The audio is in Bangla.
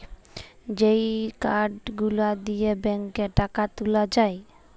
যেই কার্ড গুলা দিয়ে ব্যাংকে টাকা তুলে যায়